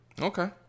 Okay